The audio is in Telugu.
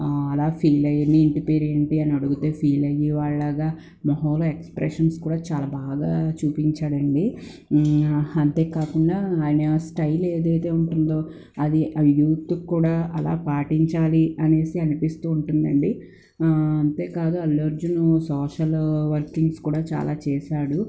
అలా ఫీల్ అయ్యి మీ ఇంటి పేరు ఏంటి అని అడిగితే ఫీల్ అయ్యే వాడిలాగ మోహంలో ఎక్స్ప్రెషన్స్ కూడా చాలా బాగా చూపించాడండి అంతేకాకుండా ఆయన స్టైల్ ఏదైతే ఉంటుందో అది అది యూత్ కూడా అలా పాటించాలి అనేసి అనిపిస్తూ ఉంటుందండి అంతేకాదు అల్లు అర్జున్ సోషల్ వర్కింగ్స్ కూడా చాలా చేశాడు